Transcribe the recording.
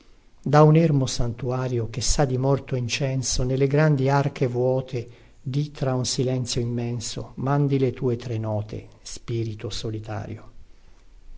da un ermo santuario che sa di morto incenso nelle grandi arche vuote di tra un silenzio immenso mandi le tue tre note spirito solitario